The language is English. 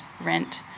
rent